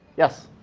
yes.